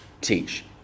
Teach